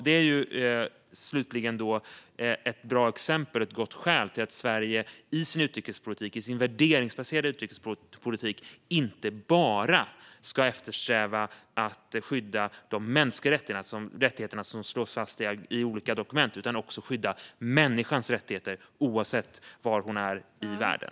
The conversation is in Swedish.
Det är slutligen ett bra exempel på och ett gott skäl till att Sverige i sin värderingsbaserade utrikespolitik inte bara ska eftersträva att skydda de mänskliga rättigheterna, som slås fast i olika dokument, utan också skydda människans rättigheter oavsett var hon är i världen.